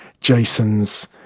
jason's